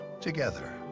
Together